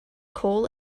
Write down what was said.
coal